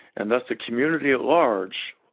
and thus the community at large,